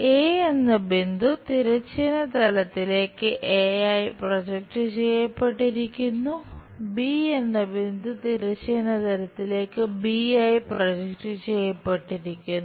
A ആയിരിക്കുന്നു